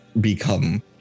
become